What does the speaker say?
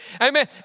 Amen